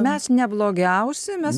mes ne blogiausi mes